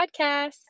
podcast